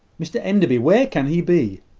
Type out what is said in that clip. mr enderby! where can he be?